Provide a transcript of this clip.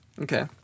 Okay